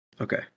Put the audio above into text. okay